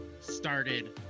started